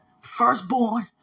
firstborn